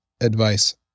advice